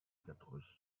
quatre